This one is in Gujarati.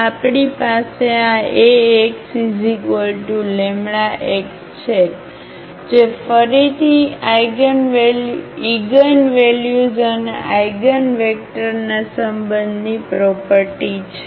તેથી આપણી પાસે આ Ax λx છે જે ફરીથી ઇગનવેલ્યુઝ આઇગનવેક્ટરના સંબંધની પ્રોપરટી છે